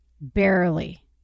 barely